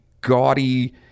gaudy